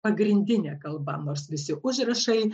pagrindinė kalba nors visi užrašai